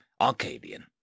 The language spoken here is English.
Arcadian